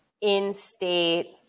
in-state